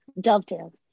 Dovetail